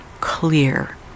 clear